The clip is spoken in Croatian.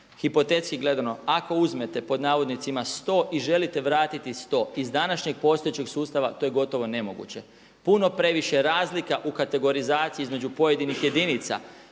Hipotetski gledano ako uzmete pod navodnicima 100 i želite vratiti 100, iz današnjeg postojećeg sustava to je gotovo nemoguće, puno previše razlika u kategorizaciji između pojedinih jedinica,